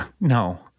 No